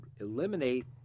eliminate